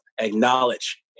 acknowledge